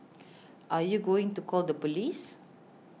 are you going to call the police